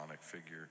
figure